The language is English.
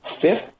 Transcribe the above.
fifth